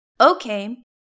Okay